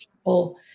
people